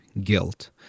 guilt